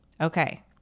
Okay